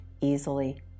easily